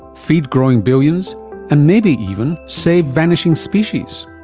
feed growing billions and maybe even save vanishing species.